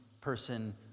person